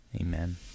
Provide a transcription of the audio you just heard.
Amen